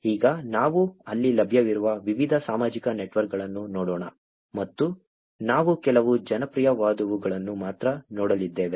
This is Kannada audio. ಈಗ ನಾವು ಅಲ್ಲಿ ಲಭ್ಯವಿರುವ ವಿವಿಧ ಸಾಮಾಜಿಕ ನೆಟ್ವರ್ಕ್ಗಳನ್ನು ನೋಡೋಣ ಮತ್ತು ನಾವು ಕೆಲವು ಜನಪ್ರಿಯವಾದವುಗಳನ್ನು ಮಾತ್ರ ನೋಡಲಿದ್ದೇವೆ